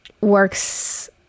works